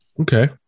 Okay